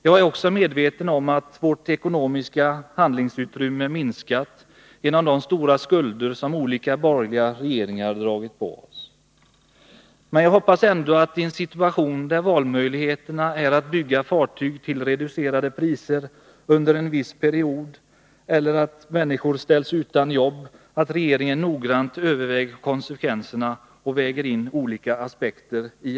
Jag är också medveten om att vårt ekonomiska handlingsutrymme minskat på grund av de stora skulder som olika borgerliga regeringar dragit på oss. Men jag hoppas ändå, när valmöjligheterna är att bygga fartyg till reducerade priser under en viss period eller att människor ställs utan jobb, att regeringen noggrant överväger konsekvenserna och väger in alla olika aspekter.